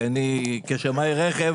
כשמאי רכב,